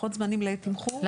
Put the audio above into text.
לוחות זמנים לתמחור?